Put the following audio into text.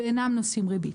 ואינם נושאים ריבית.